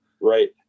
right